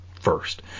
first